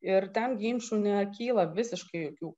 ir ten ginčų nekyla visiškai jokių